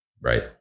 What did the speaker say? right